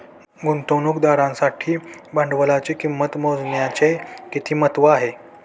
गुंतवणुकदारासाठी भांडवलाची किंमत मोजण्याचे किती महत्त्व आहे?